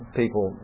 people